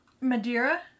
Madeira